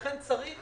לכן צריך